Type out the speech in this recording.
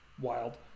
Wild